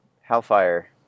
hellfire